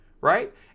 right